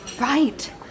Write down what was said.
Right